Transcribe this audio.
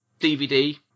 dvd